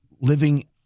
living